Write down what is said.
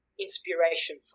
inspiration